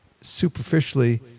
superficially